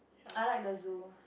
I like the zoo